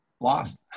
lost